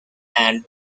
and